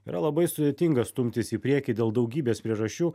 yra labai sudėtinga stumtis į priekį dėl daugybės priežasčių